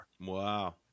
Wow